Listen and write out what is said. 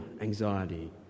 anxiety